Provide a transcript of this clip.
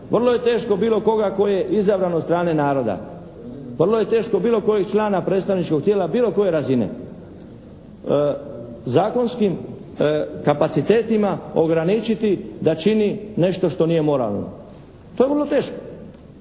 vrlo je teško bilo koga tko je izabran od strane naroda, vrlo je teško bilo kojeg člana predstavničkog tijela bilo koje razine zakonskim kapacitetima ograničiti da čini nešto što nije moralno. To je vrlo teško.